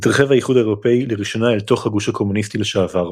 התרחב האיחוד האירופי לראשונה אל תוך הגוש הקומוניסטי לשעבר.